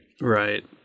Right